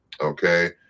okay